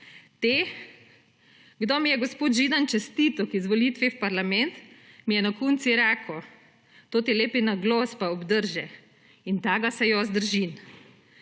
te, kdo mi je gospod Židan čestital k izvolitvi v parlament, mi je na koncu rekel, toti lepi naglas pa obdrži in tega se jaz držim.